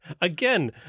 again